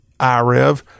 IREV